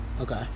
Okay